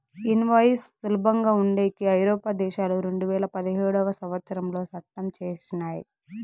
invoice సులభంగా ఉండేకి ఐరోపా దేశాలు రెండువేల పదిహేడవ సంవచ్చరంలో చట్టం చేసినయ్